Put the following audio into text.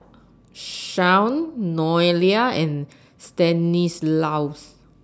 Shaun Noelia and Stanislaus